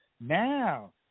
Now